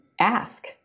ask